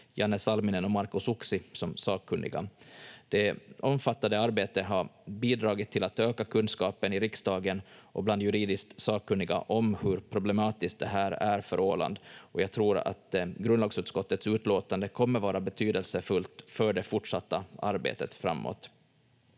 Janne Salminen och Markku Suksi som sakkunniga. Det omfattande arbetet har bidragit till att öka kunskapen i riksdagen och bland juridiskt sakkunniga om hur problematiskt det här är för Åland, och jag tror att grundlagsutskottets utlåtande kommer vara betydelsefullt för det fortsatta arbetet framåt.